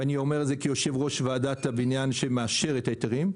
ואני אומר את זה כיושב-ראש ועדת הבניין שמאשר את ההיתרים,